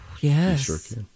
Yes